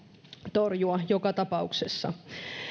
torjua joka tapauksessa